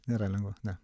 nėra lengva ne